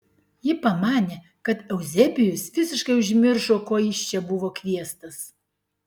ji pamanė kad euzebijus visiškai užmiršo ko jis čia buvo kviestas